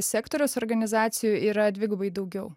sektoriaus organizacijų yra dvigubai daugiau